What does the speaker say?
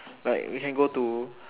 like we can go to